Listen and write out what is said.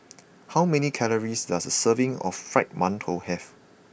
how many calories does a serving of Fried Mantou have